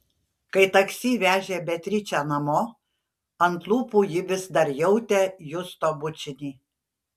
kai taksi vežė beatričę namo ant lūpų ji vis dar jautė justo bučinį